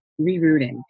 rerooting